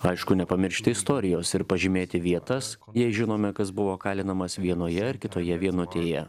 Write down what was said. aišku nepamiršti istorijos ir pažymėti vietas jei žinome kas buvo kalinamas vienoje ar kitoje vienutėje